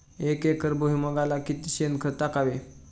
एक एकर भुईमुगाला किती शेणखत टाकावे?